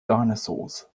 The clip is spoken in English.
dinosaurs